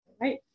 right